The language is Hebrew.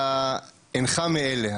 אתה אינך מאלה,